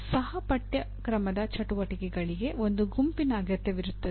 ಸಹ ಪಠ್ಯಕ್ರಮದ ಚಟುವಟಿಕೆಗಳಿಗೆ ಒಂದು ಗುಂಪಿನ ಅಗತ್ಯವಿರುತ್ತದೆ